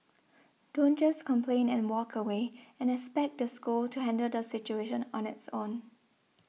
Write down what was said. don't just complain and walk away and expect the school to handle the situation on its own